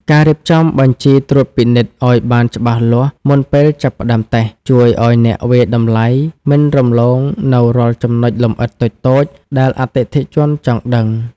ការរៀបចំបញ្ជីត្រួតពិនិត្យ ឱ្យបានច្បាស់លាស់មុនពេលចាប់ផ្តើមតេស្ត ជួយឱ្យអ្នកវាយតម្លៃមិនរំលងនូវរាល់ចំណុចលម្អិតតូចៗដែលអតិថិជនចង់ដឹង។